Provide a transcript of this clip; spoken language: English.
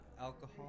Alcohol